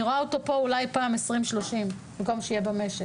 אני רואה אותו פה אולי בפעם ה-20 או ה-30 במקום שהוא יהיה במשק.